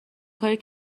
کاری